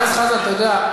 חבר הכנסת חזן, תודה.